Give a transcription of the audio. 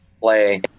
play